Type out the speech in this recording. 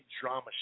drama